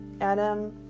Adam